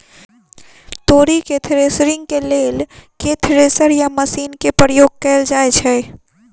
तोरी केँ थ्रेसरिंग केँ लेल केँ थ्रेसर या मशीन केँ प्रयोग कैल जाएँ छैय?